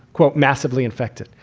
quote, massively infected.